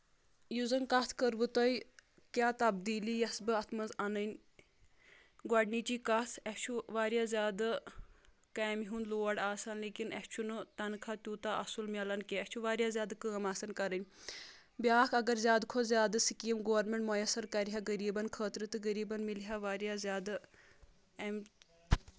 یُس زَن کَتھ کٔروٕ تۄہہِ کیاہ تبدیٖلی یۄس بہٕ اَتھ منٛز اَنٕنۍ گۄڈنِچی کَتھ اَسہِ چھُ واریاہ زیادٕ کامہِ ہُنٛد لوڑ آسان لیکِن اَسہِ چھُنہٕ تَنہٕ خاہ توٗتاہ اَصل مِلان کینٛہہ اَسہِ چھُ واریاہ زیادٕ کٲم آسان کرٕنۍ بیاکھ اگر زیادٕ کھۄتہٕ زیادٕ سکیٖم گورمینٹ مۄیَسر کرِ ہا غریٖبن خٲطرٕ تہٕ غریٖبن مِلہِ ہا واریاہ زیادٕ امہِ